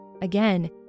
Again